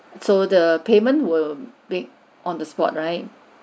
so the payment will be on the spot right